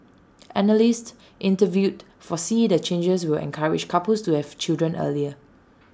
analysts interviewed foresee the changes will encourage couples to have children earlier